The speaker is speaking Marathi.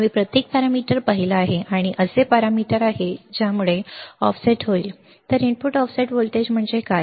आम्ही प्रत्येक पॅरामीटर पाहिला आहे आणि हे असे पॅरामीटर्स आहेत ज्यामुळे ऑफसेट होईल तर इनपुट ऑफसेट व्होल्टेज म्हणजे काय